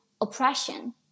oppression